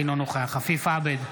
אינו נוכח עפיף עבד,